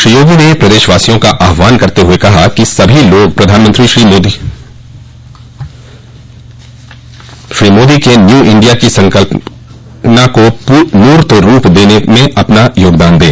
श्री योगी ने प्रदेशवासियों का आहवान करते हुए कहा कि सभी लोग प्रधानमंत्री श्री मोदी के न्यू इण्डिया की संकल्पना को मूर्त रूप देने में अपना योगदान दें